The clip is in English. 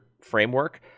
framework—